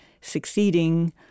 succeeding